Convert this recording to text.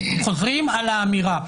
חוזרים על האמירה.